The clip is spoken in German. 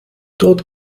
dort